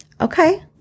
okay